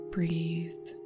Breathe